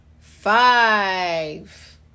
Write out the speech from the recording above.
five